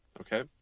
okay